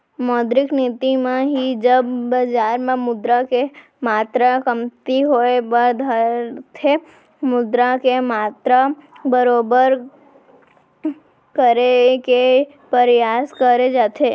मौद्रिक नीति म ही जब बजार म मुद्रा के मातरा कमती होय बर धरथे मुद्रा के मातरा बरोबर करे के परयास करे जाथे